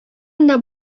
анда